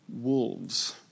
wolves